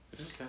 okay